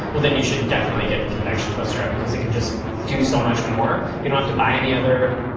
well then you should definitely get the convection toaster oven cause it can just do so much more. you don't have to buy any other,